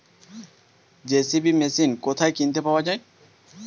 JCB machine কোথায় কিনতে পাওয়া যাবে?